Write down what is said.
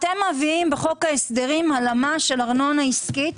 אתם מביאים בחוק ההסדרים הלמה של ארנונה עסקית